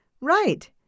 Right